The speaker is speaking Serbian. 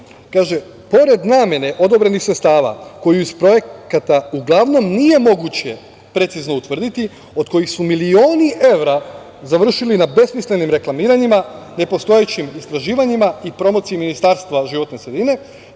kaže: „Pored namene odobrenih sredstava koju iz projekata uglavnom nije moguće precizno utvrditi, od kojih su milioni evra završili na besmislenim reklamiranjima, nepostojećim istraživanjima i promociji Ministarstva životne sredine,